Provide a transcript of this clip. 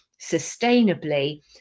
sustainably